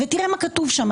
תראה מה כתוב שם,